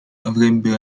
avrebbero